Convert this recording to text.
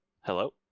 Hello